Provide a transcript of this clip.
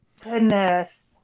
Goodness